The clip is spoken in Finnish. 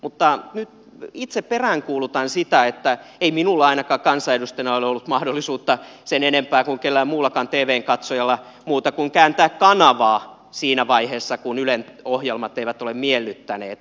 mutta itse peräänkuulutan sitä että ei minulla ainakaan kansanedustajana ole ollut sen enempää kuin kellään muullakaan tvn katsojalla muuta mahdollisuutta kuin kääntää kanavaa siinä vaiheessa kun ylen ohjelmat eivät ole miellyttäneet